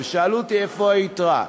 ושאלו אותי איפה היתרה.